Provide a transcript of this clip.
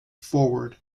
forward